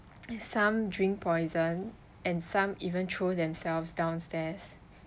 some drink poison and some even throw themselves downstairs